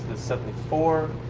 seventy four.